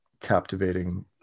captivating